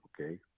okay